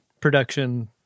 production